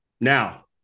Now